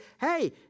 hey